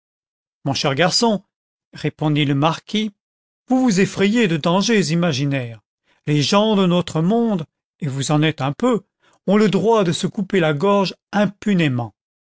mon cher garçon répondit le marquis vous vous effrayez de dangers imaginaires les s gens do notre monde et vous en êtes un peu ont le droit de se couper la gorge impunément